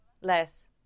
Less